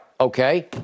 Okay